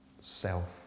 self